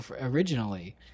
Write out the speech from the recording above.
Originally